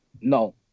No